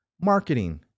marketing